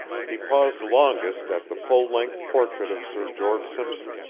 he paused longest at the full-length portrait of sir george simpson,